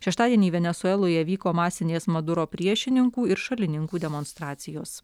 šeštadienį venesueloje vyko masinės maduro priešininkų ir šalininkų demonstracijos